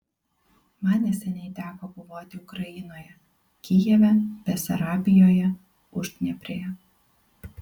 man neseniai teko buvoti ukrainoje kijeve besarabijoje uždnieprėje